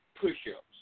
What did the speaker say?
push-ups